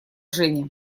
женя